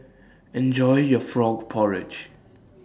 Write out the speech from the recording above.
Enjoy your Frog Porridge